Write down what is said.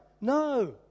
No